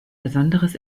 besonderes